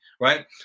right